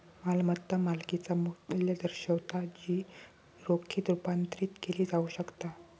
मालमत्ता मालकिचा मू्ल्य दर्शवता जी रोखीत रुपांतरित केली जाऊ शकता